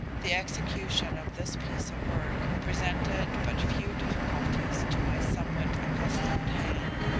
the execution of this piece of work, presented but few difficulties to my somewhat accustomed hand.